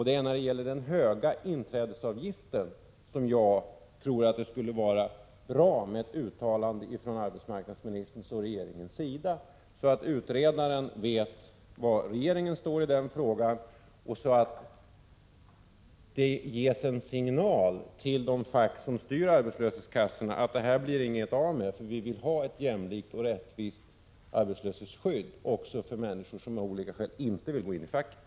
Det är när det gäller den höga inträdesavgiften som jag tror att det skulle vara bra med ett uttalande från arbetsmarknadsministerns och regeringens sida, så att utredaren vet var regeringen står i frågan och så att det ges en signal till de fack som styr arbetslöshetskassorna — en signal att det inte blir något av med den föreslagna ändringen, för vi vill ha ett jämlikt och rättvist arbetslöshets — Prot. 1986/87:14 skydd också för människor som av olika skäl inte vill gå in i facket.